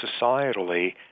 societally